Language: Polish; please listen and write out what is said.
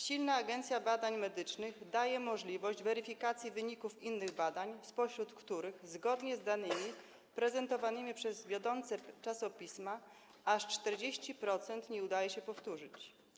Silna Agencja Badań Medycznych daje możliwość weryfikacji wyników innych badań, spośród których zgodnie z danymi prezentowanymi przez wiodące czasopisma aż 40% nie udaje się powtórzyć.